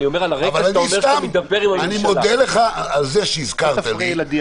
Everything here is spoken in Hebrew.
אני מודה לך שהזכרת לי.